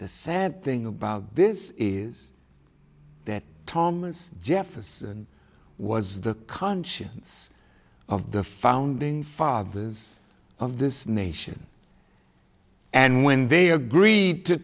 the sad thing about this is that thomas jefferson was the conscience of the founding fathers of this nation and when they agreed to